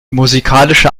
musikalische